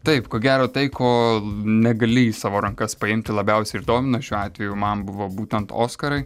taip ko gero tai ko negali į savo rankas paimti labiausiai ir domina šiuo atveju man buvo būtent oskarai